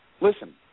listen